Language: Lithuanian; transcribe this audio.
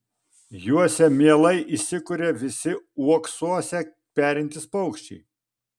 juose mielai įsikuria visi uoksuose perintys paukščiai